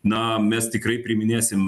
na mes tikrai priiminėsim